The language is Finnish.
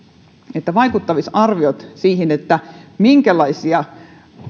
että tehdään vaikuttavuusarviot siitä siitä minkälaisia